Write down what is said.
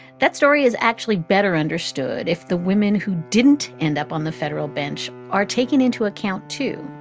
that story is actually better understood if the women who didn't end up on the federal bench are taking into account, too.